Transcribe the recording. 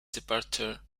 departure